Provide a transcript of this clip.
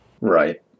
Right